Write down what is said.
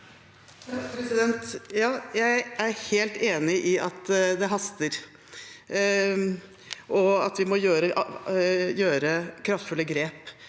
Jeg er helt enig i at det haster, og at vi må gjøre kraftfulle grep.